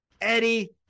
Eddie